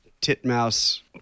titmouse